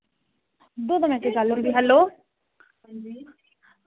hello